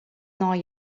nei